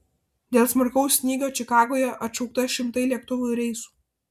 dėl smarkaus snygio čikagoje atšaukta šimtai lėktuvų reisų